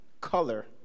color